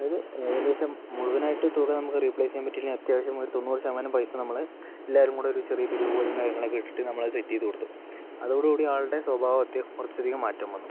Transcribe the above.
അതായത് ഏകദേശം മുഴുവനായിട്ട് തുക നമുക്ക് റീപ്ലേസ് ചെയ്യാൻ പറ്റിയില്ലെങ്കിലും അത്യാവശ്യം ഒരു തൊണ്ണൂറ് ശതമാനം പൈസ നമ്മൾ എല്ലാവരും കൂടെ ഒരു ചെറിയ പിരിവ് പോലെ കാര്യങ്ങളൊക്കെ ഇട്ടിട്ട് നമ്മളത് സെറ്റ് ചെയ്ത് കൊടുത്തു അതോടുകൂടി ആളുടെ സ്വഭാവത്തിൽ കുറച്ചധികം മാറ്റം വന്നു